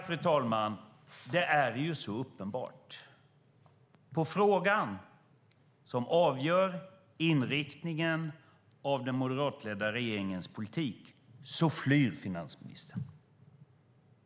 Fru talman! Det är så uppenbart. För frågan som avgör inriktningen på den moderatledda regeringens politik flyr finansministern.